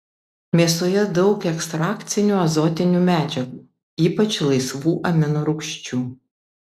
mėsoje daug ekstrakcinių azotinių medžiagų ypač laisvų aminorūgščių